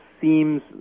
seems